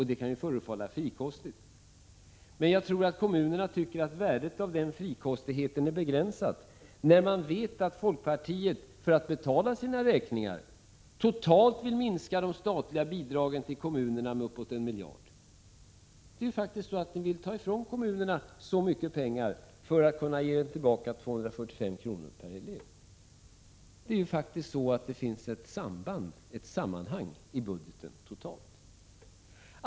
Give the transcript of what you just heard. Det kan ju förefalla frikostigt. Men jag tror att kommunerna tycker att värdet av denna frikostighet är begränsat när de vet att folkpartiet för att betala sina räkningar totalt vill minska de statliga bidragen till kommunerna till uppåt 1 miljard. Det är faktiskt så att ni vill ta ifrån kommunerna så mycket pengar för att kunna ge tillbaka 245 kr. per elev! Det finns ett samband i budgeten, totalt sett.